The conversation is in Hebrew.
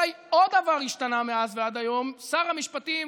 אולי עוד דבר השתנה מאז ועד היום: שר המשפטים,